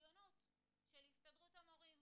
מהבריונות של הסתדרות המורים,